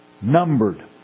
numbered